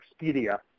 Expedia